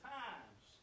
times